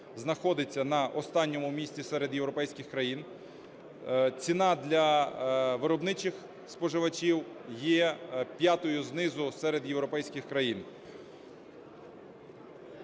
знаходиться на останньому місці серед європейських країн. Ціна для виробничих споживачів є п'ята знизу серед європейських країн.